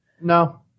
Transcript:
No